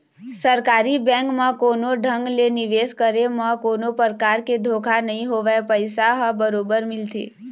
सरकारी बेंक म कोनो ढंग ले निवेश करे म कोनो परकार के धोखा नइ होवय पइसा ह बरोबर मिलथे